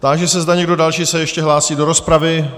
Táži se, zda se někdo další ještě hlásí do rozpravy.